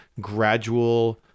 gradual